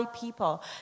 people